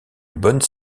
bonne